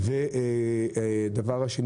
זה אלימות ועוד אלימות, זה הדבר השני